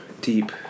deep